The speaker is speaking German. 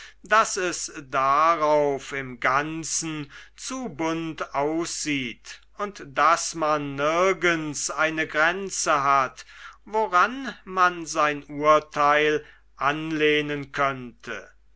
daß es darauf im ganzen zu bunt aussieht und daß man nirgends eine grenze hat woran man sein urteil anlehnen könnte